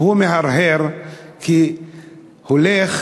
והוא מהרהר, כי הוא הולך